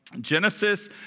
Genesis